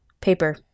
paper